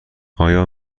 آیا